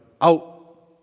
Out